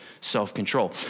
self-control